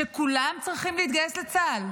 שכולם צריכים להתגייס לצה"ל,